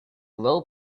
low